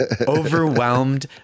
overwhelmed